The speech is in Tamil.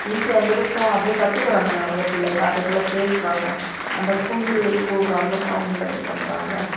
ஈஸியாக இருக்கும் அப்படி கத்துக்கிறாங்கள் நிறையா பிள்ளைங்க அதே போல் பேசுகிறாங்க அந்த குயில் கூவுகிற அந்த சௌண்டில் இது பண்ணுறாங்க